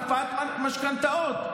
הקפאת משכנתאות.